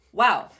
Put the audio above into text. wow